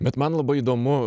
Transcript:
bet man labai įdomu